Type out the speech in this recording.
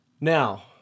Now